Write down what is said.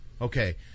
Okay